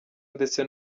ndetse